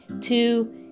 two